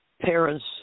parents